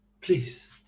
please